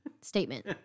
Statement